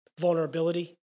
vulnerability